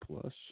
plus